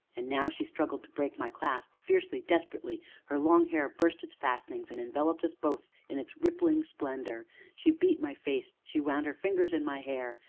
and now she struggled to break my clasp, fiercely, desperately her long hair burst its fastenings, and enveloped us both in its rippling splendor she beat my face, she wound her fingers in my hair,